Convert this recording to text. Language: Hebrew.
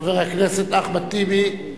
חבר הכנסת אחמד טיבי,